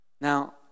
Now